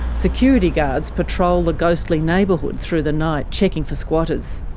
security guards patrol the ghostly neighbourhood through the night, checking for squatters.